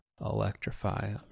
electrify